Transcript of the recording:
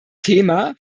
thema